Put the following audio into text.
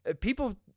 people